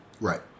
Right